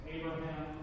Abraham